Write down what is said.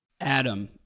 Adam